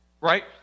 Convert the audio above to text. right